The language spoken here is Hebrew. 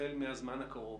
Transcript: החל מהזמן הקרוב,